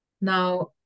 now